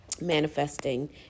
manifesting